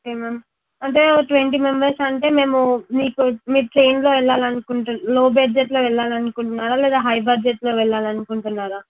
okay ma'am అంటే ఒక twenty members అంటే మేము మీకు మీరు ట్రైన్లో వెళ్ళాలి అనుకుంటున్నా లో బడ్జెట్లో వెళ్ళాలి అనుకుంటున్నారా లేదా హై బడ్జెట్లో వెళ్ళాలి అనుకుంటున్నారా